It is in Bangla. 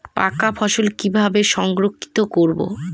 পাকা ফসল কিভাবে সংরক্ষিত করব?